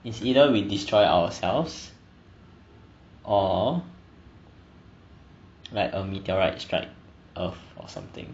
it's either we destroy ourselves or like a meteorite strike earth or something